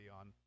on